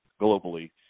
globally